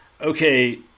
okay